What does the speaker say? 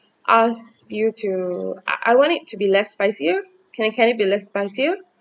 ask you to I I want it to be less spicier can can it be less spicier